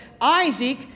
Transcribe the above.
Isaac